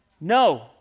No